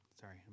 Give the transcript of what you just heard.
Sorry